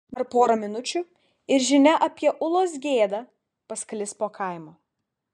dar pora minučių ir žinia apie ulos gėdą pasklis po kaimą